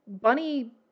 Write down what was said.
bunny